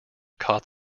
caught